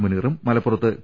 മുനീറും മലപ്പുറത്ത് പി